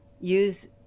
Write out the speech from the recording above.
use